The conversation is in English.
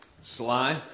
Sly